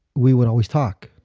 we would always talk.